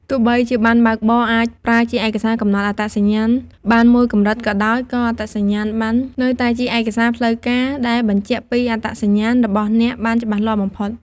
ទោះបីជាប័ណ្ណបើកបរអាចប្រើជាឯកសារកំណត់អត្តសញ្ញាណបានមួយកម្រិតក៏ដោយ ក៏អត្តសញ្ញាណប័ណ្ណនៅតែជាឯកសារផ្លូវការដែលបញ្ជាក់ពីអត្តសញ្ញាណរបស់អ្នកបានច្បាស់លាស់បំផុត។